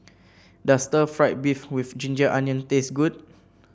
does Stir Fried Beef with ginger onion taste good